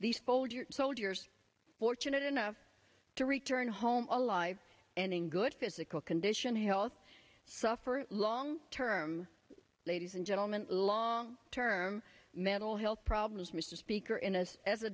these hold your soldiers fortunate enough to return home alive and in good physical condition health suffer long term ladies and gentlemen long term mental health problems mr speaker innes as a